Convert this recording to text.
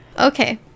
Okay